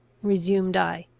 resumed i.